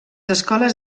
escoles